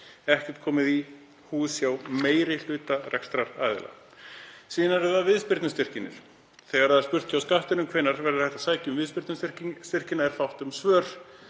ekkert komið í hús hjá meiri hluta rekstraraðila. Síðan eru það viðspyrnustyrkirnir. Þegar spurt er hjá Skattinum hvenær hægt verði að sækja um viðspyrnustyrkina er fátt um svör: